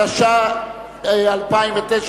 התש"ע 2010,